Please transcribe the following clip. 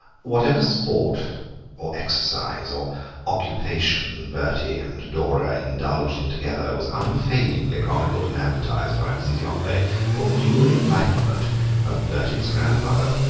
whatever sport or exercise or occupation bertie and dora indulged in together was unfailingly chronicled and advertised by mrs. yonelet for the due enlightenment of bertie's grandmother.